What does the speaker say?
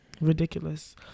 Ridiculous